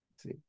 See